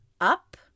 up